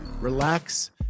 relax